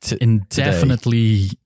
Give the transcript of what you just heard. indefinitely